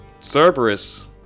Cerberus